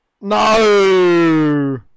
No